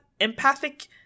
empathic